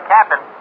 Captain